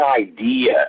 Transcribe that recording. idea